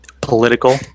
political